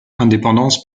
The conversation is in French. indépendance